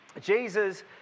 Jesus